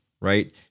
right